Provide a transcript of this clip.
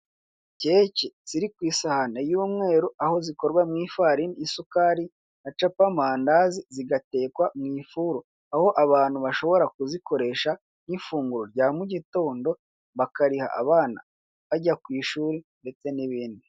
Keke ziri ku isahani y'umweru aho zikorwa mu ifarini isukari na capa mandazi zigatekwa mu ifuru, aho abantu bashobora kuzikoresha nk'ifunguro rya mu gitondo bakariha abana bajya ku ishuri ndetse n'ibindi.